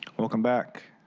welcome back.